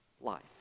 life